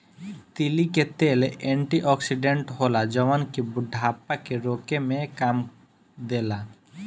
तीली के तेल एंटी ओक्सिडेंट होला जवन की बुढ़ापा के रोके में काम देला